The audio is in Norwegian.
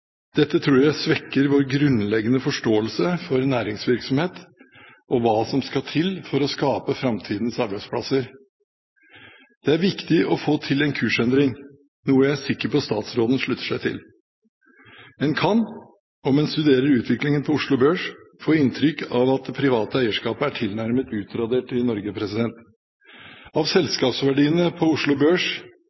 Dette tror jeg svekker vår grunnleggende forståelse for næringsvirksomhet og hva som skal til for å skape framtidens arbeidsplasser. Det er viktig å få til en kursendring, noe jeg er sikker på statsråden slutter seg til. En kan, om en studerer utviklingen på Oslo Børs, få inntrykk av at det private eierskap er tilnærmet utradert i Norge. Av selskapsverdiene på Oslo Børs